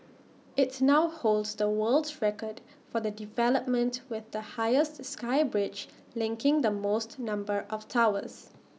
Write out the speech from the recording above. it's now holds the world's record for the development with the highest sky bridge linking the most number of towers